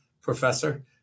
professor